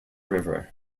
river